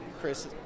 Chris